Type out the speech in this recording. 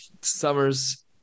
summers